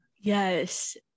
Yes